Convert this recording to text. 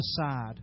aside